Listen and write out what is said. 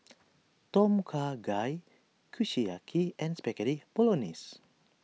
Tom Kha Gai Kushiyaki and Spaghetti Bolognese